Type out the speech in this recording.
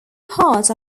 part